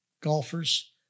golfers